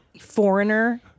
foreigner